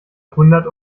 hundert